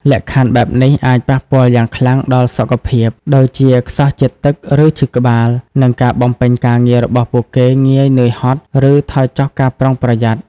លក្ខខណ្ឌបែបនេះអាចប៉ះពាល់យ៉ាងខ្លាំងដល់សុខភាព ដូចជាខ្សោះជាតិទឹក ឬឈឺក្បាល និងការបំពេញការងាររបស់ពួកគេ ងាយនឿយហត់ ឬថយចុះការប្រុងប្រយ័ត្ន។